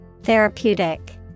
Therapeutic